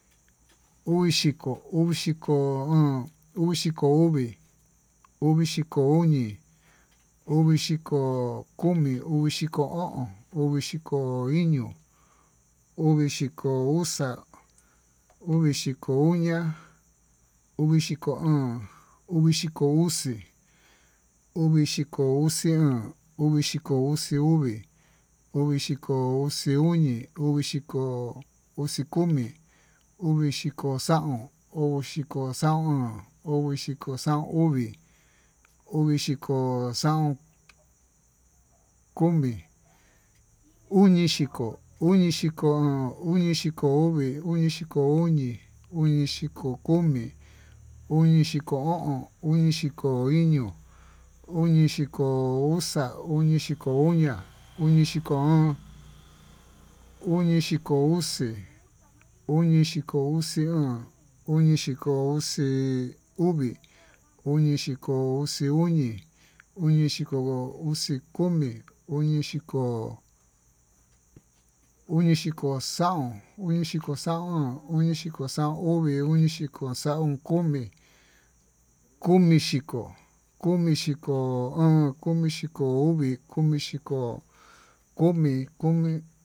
Uvixhiko oon, uvixhiko uvi, uvixhiko uñi, uvixhiko komi, uvixhiko o'on, uvixhiko iño, uvixhiko uxa, uvixhiko oña, uvixhiko óón, uvixhiko uxi, uvixhiko uxi oon, uvixhiko uxi uvi, uvixhiko uxi uñi, uvixhiko uxi komi, uvixhiko xaón, uvixhiko xaon oon, uvixhiko xaon uví, uvixhiko xaon uñi, uvixhiko xaon komi, unixhiko, unixhiko oon, unixhiko uvi, unixhiko uñi, unixhiko komi, unixhiko o'on, unixhiko iño, unixhiko uxa, unixhiko uña, unixhiko óón, unixhiko uxi, unixhiko uxi oon, unixhiko uxi uvi, unixhiko uxi uñi, unixhiko uxi komi, unixhiko xaón, unixhiko xaón oon, unixhiko xaón uvi, unichiko xaón uñi, unixhiko xaón komi, komixhiko, komixhiko oon, komixhiko uvi, komixhiko komi.